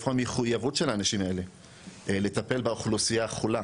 איפה המחויבות של האנשים האלה לטפל באוכלוסייה החולה?